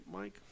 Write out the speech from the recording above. Mike